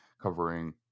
covering